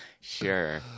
Sure